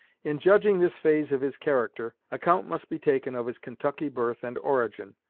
in judging this phase of his character, account must be taken of his kentucky birth and origin,